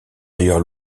ailleurs